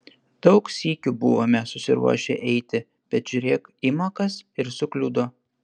daug sykių buvome susiruošę eiti bet žiūrėk ima kas ir sukliudo